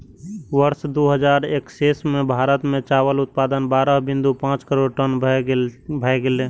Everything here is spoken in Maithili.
वर्ष दू हजार एक्कैस मे भारत मे चावल उत्पादन बारह बिंदु पांच करोड़ टन भए गेलै